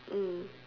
mm